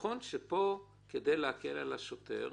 נכון שפה, כדי להקל על השוטר,